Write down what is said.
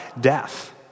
death